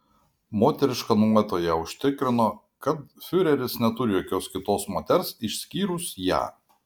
moteriška nuojauta ją užtikrino kad fiureris neturi jokios kitos moters išskyrus ją